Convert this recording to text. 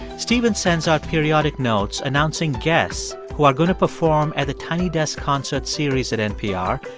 stephen sends out periodic notes announcing guests who are going to perform at the tiny desk concert series at npr,